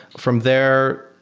from there,